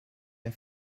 der